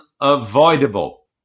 unavoidable